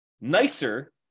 nicer